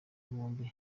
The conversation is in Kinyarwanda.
bombi